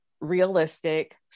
realistic